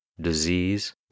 disease